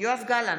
יואב גלנט,